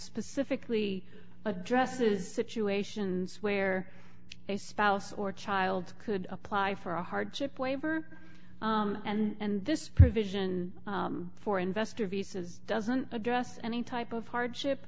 specifically addresses situations where a spouse or child could apply for a hardship waiver and this provision for investor visas doesn't address any type of hardship